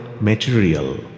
material